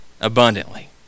abundantly